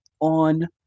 On